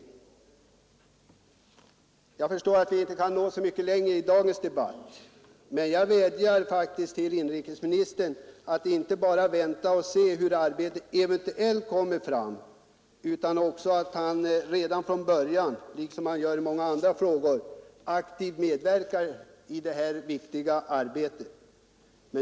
Nr 128 Jag förstår att vi inte kan nå så mycket längre i dagens debatt, men jag Torsdagen den vädjar faktiskt till inrikesministern att han inte bara väntar på det resultat SOMöVember 1072 som eventuellt kommer fram utan redan från början — liksom i många —— o.o— ”- andra frågor — aktivt medverkar i det här viktiga arbetet.